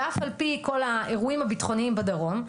ואף על פי כל האירועים הביטחוניים בדרום.